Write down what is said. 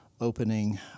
opening